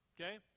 okay